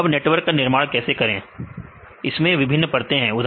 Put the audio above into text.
तो अब नेटवर्क का निर्माण कैसे करें इसमें विभिन्न परतें हैं